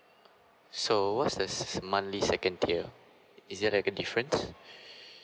so what's the monthly second tier is there a big difference